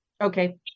okay